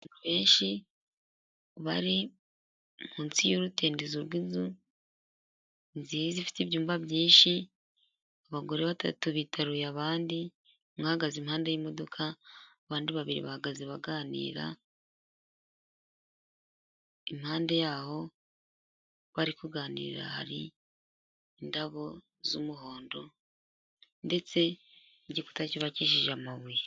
Benshi bari munsi y'urutindo rw'inzu nziza ifite ibyumba byinshi. Abagore batatu bitaruye abandi, umwe ahagaze impande y'imodoka, abandi babiri bahagaze baganira. Impande y'aho bari kuganirira hari indabo z'umuhondo, ndetse n'igikuta cyubakishije amabuye.